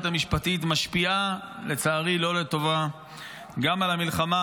המשפטית משפיעה לצערי לא לטובה גם על המלחמה,